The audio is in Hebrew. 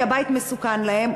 כי הבית מסוכן להם,